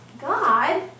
God